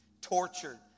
tortured